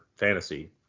fantasy